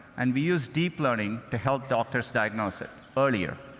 and we used deep learning to help doctors diagnose it earlier.